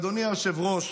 אדוני היושב-ראש,